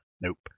Nope